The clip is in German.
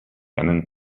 einen